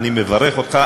אני מברך אותך,